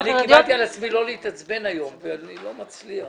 --- אני קיבלתי על עצמי לא להתעצבן היום ואני לא מצליח.